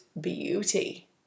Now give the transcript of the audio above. beauty